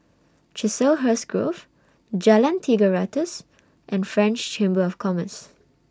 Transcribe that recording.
Chiselhurst Grove Jalan Tiga Ratus and French Chamber of Commerce